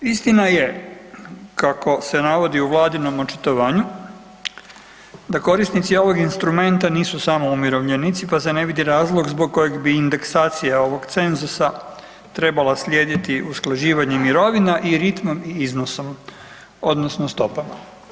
Istina je, kako se navodi u vladinom očitovanju, da korisnici ovog instrumenta nisu samo umirovljenici pa se ne vidi razlog zbog kojeg bi indeksacija ovog cenzusa trebala slijediti usklađivanje mirovina i ritmom i iznosom, odnosno stopama.